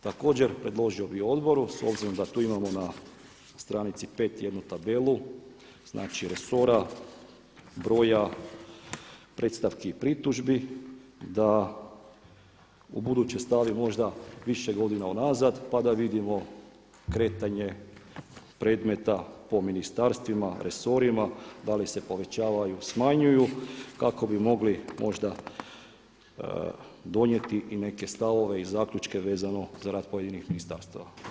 Također predložio bi odboru s obzirom da tu imamo na stranici 5 jednu tabelu, znači resora broja predstavki i pritužbi da ubuduće stavi možda više godina unazad pa da vidimo kretanje predmeta po ministarstvima, resorima da li se povećavaju, smanjuju kako bi mogli možda donijeti i neke stavove i zaključke za rad pojedinih ministarstava.